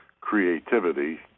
Creativity